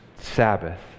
Sabbath